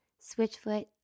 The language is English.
Switchfoot